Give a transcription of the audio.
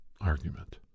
argument